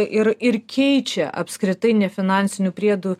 ir ir keičia apskritai nefinansinių priedų